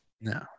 No